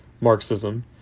Marxism